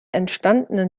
entstandenen